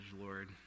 Lord